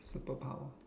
superpower